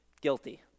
guilty